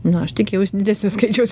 nau aš tikėjausi didesnio skaičiaus